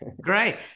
Great